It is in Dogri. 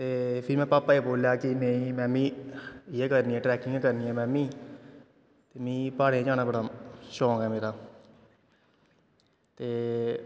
ते फिर में भापा गी बोलेआ नेंई में बी इयै करनी ऐ ट्रैकिंग करनी ऐ में बी मीं प्हाड़ें पर जाना बड़ा शौंक ऐ मेरा ते